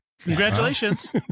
Congratulations